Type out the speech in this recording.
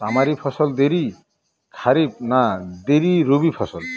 তামারি ফসল দেরী খরিফ না দেরী রবি ফসল?